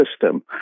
system